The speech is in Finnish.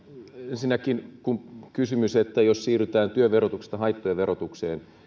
ensinnäkin kysymykseen että jos siirrytään työn verotuksesta haittojen verotukseen